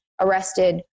arrested